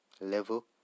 level